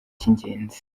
cy’ingenzi